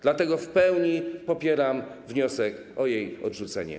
Dlatego w pełni popieram wniosek o jej odrzucenie.